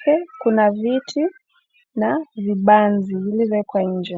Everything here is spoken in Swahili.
pia kuna viti na vibanzi vilivyo wekwa nje.